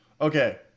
Okay